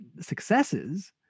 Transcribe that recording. successes